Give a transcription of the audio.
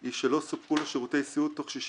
היא שלא סופקו לו שירותי סיעוד תוך 60